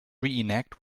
reenact